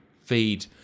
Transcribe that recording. feed